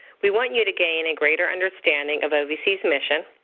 we want you to gain a greater understanding of ovc's mission,